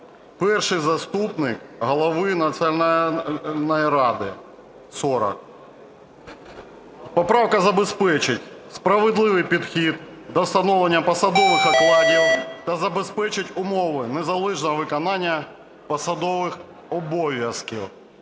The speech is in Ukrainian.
"Перший заступник голови Національної ради – 40". Поправка забезпечить справедливий підхід до встановлення посадових окладів та забезпечить умови незалежного виконання посадових обов'язків.